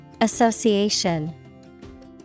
Association